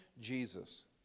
Jesus